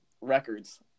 records